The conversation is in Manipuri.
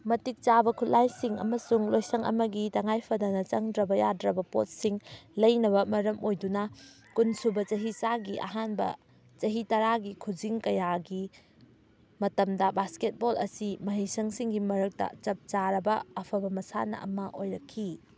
ꯃꯇꯤꯛ ꯆꯥꯕ ꯈꯨꯠꯂꯥꯏꯁꯤꯡ ꯑꯃꯁꯨꯡ ꯂꯣꯏꯁꯪ ꯑꯃꯒꯤ ꯇꯉꯥꯏ ꯐꯗꯅ ꯆꯪꯗ꯭ꯔꯕ ꯌꯥꯗ꯭ꯔꯕ ꯄꯣꯠꯁꯤꯡ ꯂꯩꯅꯕ ꯃꯔꯝ ꯑꯣꯏꯗꯨꯅ ꯀꯨꯟ ꯁꯨꯕ ꯆꯍꯤ ꯆꯥꯒꯤ ꯑꯍꯥꯟꯕ ꯆꯍꯤ ꯇꯔꯥꯒꯤ ꯈꯨꯖꯤꯡ ꯀꯌꯥꯒꯤ ꯃꯇꯝꯗ ꯕꯥꯁꯀꯦꯠ ꯕꯣꯜ ꯑꯁꯤ ꯃꯍꯩ ꯁꯪ ꯁꯤꯡꯒꯤ ꯃꯔꯛꯇ ꯆꯞ ꯆꯥꯔꯕ ꯑꯐꯕ ꯃꯁꯥꯟꯅ ꯑꯃ ꯑꯣꯏꯔꯛꯈꯤ